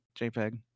JPEG